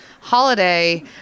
holiday